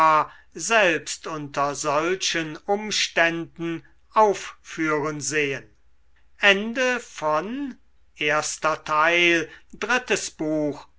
selbst unter solchen umständen aufführen sehen